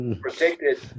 protected